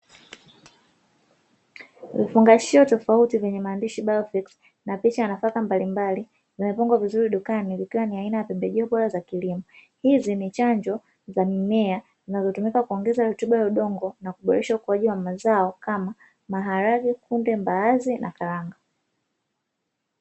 Vifungashio tofauti vyenye maandishi “biofix”na picha ya nafaka mbalimbali vimepangwa dukani zikiwa ni aina ya pembejeo bora za kilimo, hizi ni chanjo za mimea zinazotumika kuongeza rutuba ya udongo na kuboresha ukuaji wa mazao kama maharage, kunde, mbaazi na karanga.